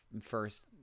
first